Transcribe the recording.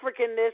Africanness